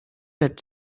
that